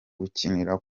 gukinira